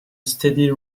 steady